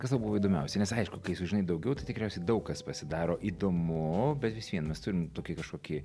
kas tau buvo įdomiausia nes aišku kai sužinai daugiau tai tikriausiai daug kas pasidaro įdomu bet vis vien mes turim tokį kažkokį